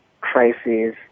crises